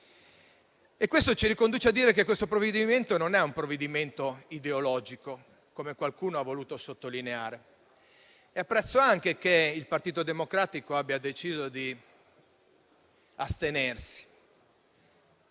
Questo ci riporta a dire che quello al nostro esame non è un provvedimento ideologico, come qualcuno ha voluto sottolineare. Apprezzo anche che il Partito Democratico abbia deciso di astenersi,